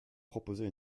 proposez